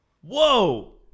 whoa